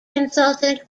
consultant